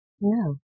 no